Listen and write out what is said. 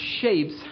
shapes